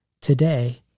Today